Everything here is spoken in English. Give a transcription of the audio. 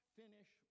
finish